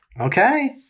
Okay